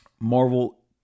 Marvel